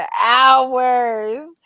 hours